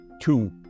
Two